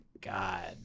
God